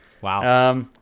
wow